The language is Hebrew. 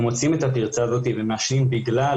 הם מוצאים את הפרצה הזאת ומעשנים בגלל